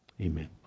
amen